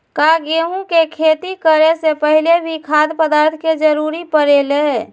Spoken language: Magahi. का गेहूं के खेती करे से पहले भी खाद्य पदार्थ के जरूरी परे ले?